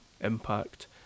Impact